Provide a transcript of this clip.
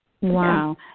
Wow